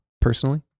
Personally